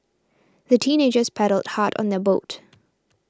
the teenagers paddled hard on their boat